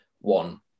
one